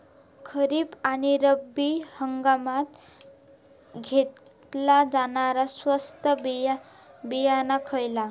खरीप आणि रब्बी हंगामात घेतला जाणारा स्वस्त बियाणा खयला?